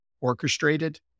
orchestrated